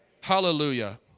Hallelujah